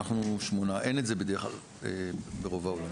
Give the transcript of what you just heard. ואנחנו 8. אין את זה בדרך כלל ברוב העולם.